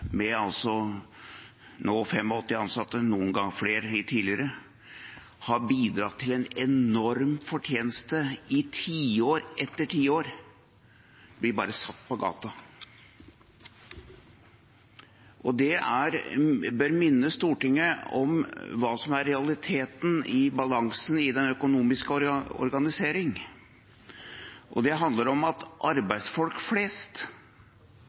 nå 85 ansatte, noen flere litt tidligere, som har bidratt til en enorm fortjeneste i tiår etter tiår, blir de ansatte bare satt på gata. Det bør minne Stortinget om hva som er realiteten i balansen i den økonomiske organiseringen, og det handler om at arbeidsfolk flest